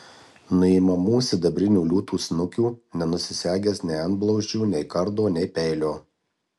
nuimamų sidabrinių liūtų snukių nenusisegęs nei antblauzdžių nei kardo nei peilio